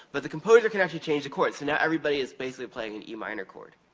but the composer can actually change the chord. so, now everybody is basically playing an e minor chord.